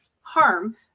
harm